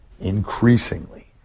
increasingly